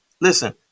listen